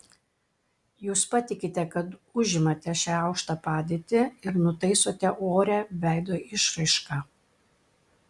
jūs patikite kad užimate šią aukštą padėtį ir nutaisote orią veido išraišką